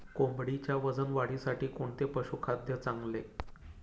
कोंबडीच्या वजन वाढीसाठी कोणते पशुखाद्य चांगले?